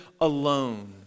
alone